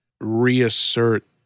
reassert